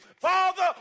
Father